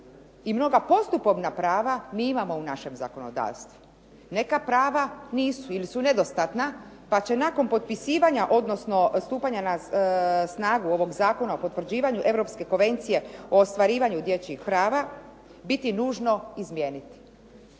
i mnoga postupovna prava mi imamo u našem zakonodavstvu. Neka prava nisu ili su nedostatna pa će nakon potpisivanja odnosno stupanja na snagu ovog Zakona o potvrđivanju Europske konvencije o ostvarivanju dječjih prava biti nužno izmijeniti.